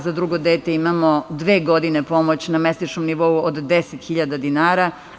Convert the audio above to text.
Za drugo dete imamo dve godine pomoć na mesečnom nivou od 10.000 dinara.